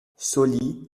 sauli